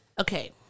Okay